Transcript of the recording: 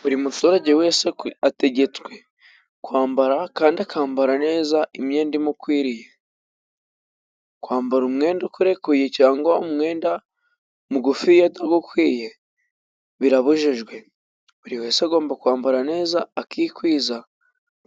Buri muturage wese ategetswe, kwambara kandi akambara neza imyenda imukwiriye. Kwambara umwenda ukurekuye cyangwa umwenda mugufiya utagukwiye birabujijwe. Buri wese agomba kwambara neza akikwiza